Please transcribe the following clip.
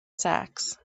sacks